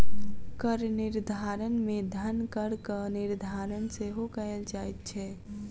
कर निर्धारण मे धन करक निर्धारण सेहो कयल जाइत छै